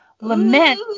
lament